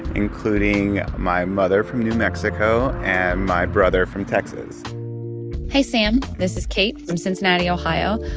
including my mother from new mexico and my brother from texas hey, sam. this is kate from cincinnati, ohio.